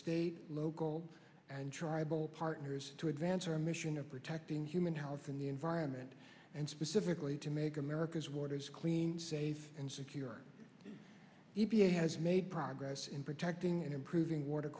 state local and tribal partners to advance our mission of protecting human house in the environment and specifically to make america's waters clean safe and secure e p a has made progress in protecting and improving water